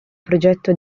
progetto